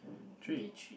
three